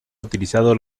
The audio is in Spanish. utilizado